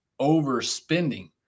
overspending